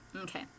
Okay